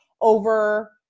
over